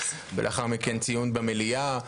ולאחר מכן ציון במליאה.